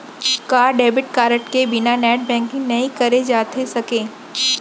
का debit card के बिना नेट बैंकिंग नई करे जाथे सके?